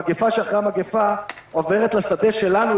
המגפה שאחרי המגפה עוברת לשדה שלנו,